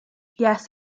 yes